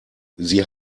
sie